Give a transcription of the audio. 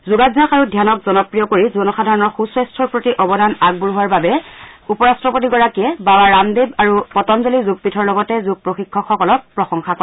যোগাভ্যাস আৰু ধ্যানক জনপ্ৰিয় কৰি জনসাধাৰণৰ সুস্বাস্থাৰ প্ৰতি অৱদান আগবঢ়োৱাৰ বাবে উপৰাট্টপতিগৰাকীয়ে বাবা ৰামদেৱ আৰু পতঞ্জলী যোগপীঠৰ লগতে যোগ প্ৰশিক্ষকসকলক প্ৰশংসা কৰে